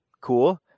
Cool